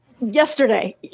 yesterday